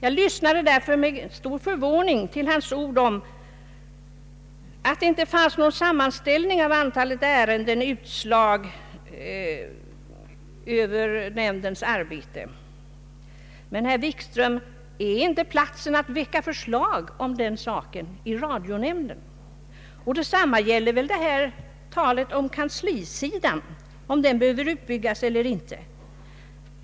Jag lyssnade därför med stor förvåning till hans ord om att det inte fanns någon sammanställning av radionämndens olika ärenden och utslag. Men, herr Wikström: Är inte radionämnden rätt plats att väcka förslag om den saken? Detsamma gäller väl frågan om kanslisidan behöver utbyggas eller inte.